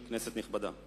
כנסת נכבדה,